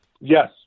Yes